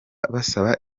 basaba